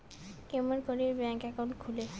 কেমন করি bank account খুলে?